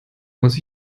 muss